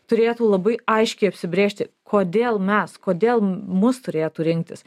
turėtų labai aiškiai apsibrėžti kodėl mes kodėl mus turėtų rinktis